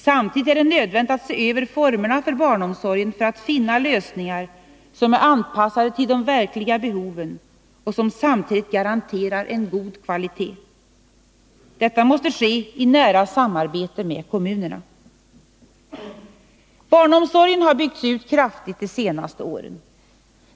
Samtidigt är det nödvändigt att se över formerna för barnomsorgen för att finna lösningar som är anpassade till de verkliga behoven och som garanterar en god kvalitet. Detta måste ske i nära samarbete med kommunerna. Barnomsorgen har byggts ut kraftigt de senaste åren.